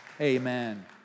Amen